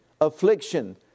affliction